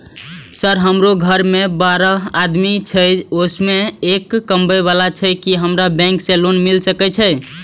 Sir हमरो घर में बारह आदमी छे उसमें एक कमाने वाला छे की हमरा बैंक से लोन मिल सके छे?